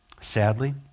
Sadly